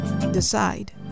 decide